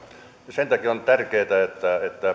sen takia on tärkeätä että